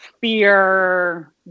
fear